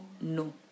no